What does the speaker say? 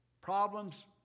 problems